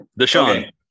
Deshaun